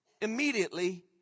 immediately